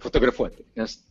fotografuoti nes